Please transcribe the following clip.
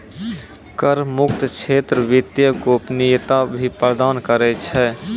कर मुक्त क्षेत्र वित्तीय गोपनीयता भी प्रदान करै छै